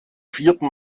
vierten